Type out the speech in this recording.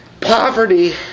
Poverty